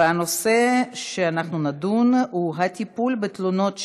והנושא שאנחנו נדון בו הוא טיפול בתלונות שווא: